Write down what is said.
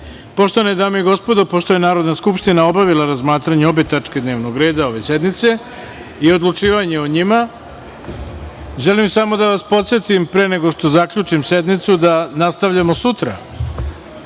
godine. Poštovane dame i gospodo, pošto je Narodna skupština obavila razmatranje obe tačke dnevnog reda ove sednice i odlučivanje o njima, želim samo da vas podsetim, pre nego što zaključim sednicu, da nastavljamo sutra